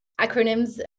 acronyms